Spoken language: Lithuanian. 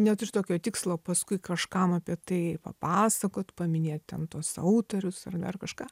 neturiu tokio tikslo paskui kažkam apie tai papasakot paminėt ten tuos autorius ar dar kažką